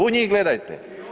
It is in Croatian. U njih gledajte.